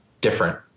different